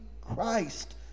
Christ